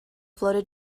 floated